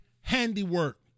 handiwork